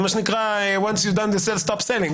מה שנקרא "once you done the sale stop selling".